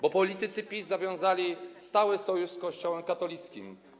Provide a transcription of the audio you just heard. Bo politycy PiS zawiązali stały sojusz z Kościołem katolickim.